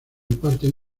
partes